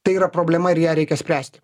tai yra problema ir ją reikia spręsti